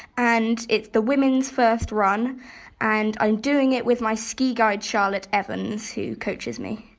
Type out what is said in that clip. and it's the women's first run and i'm doing it with my ski guide charlotte evans who coaches me.